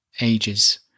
ages